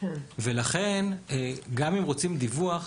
ולכן גם אם רוצים דיווח,